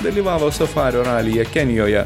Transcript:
dalyvavo safario ralyje kenijoje